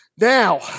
Now